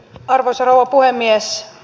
arvoisa rouva puhemies